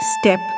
step